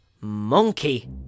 Monkey